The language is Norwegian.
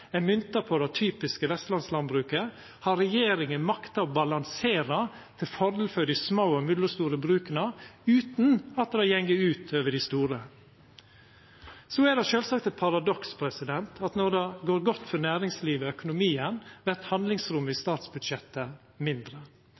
er mynta på det typiske vestlandslandbruket, har regjeringa makta å balansera til fordel for dei små og mellomstore bruka utan at det går ut over dei store. Så er det sjølvsagt eit paradoks at når det går godt for næringslivet og økonomien, vert handlingsrommet i statsbudsjettet mindre.